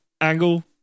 angle